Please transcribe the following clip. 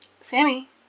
Sammy